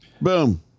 boom